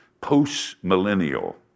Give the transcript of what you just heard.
post-millennial